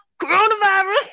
coronavirus